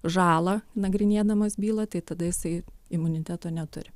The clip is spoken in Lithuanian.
žalą nagrinėdamas bylą tai tada jisai imuniteto neturi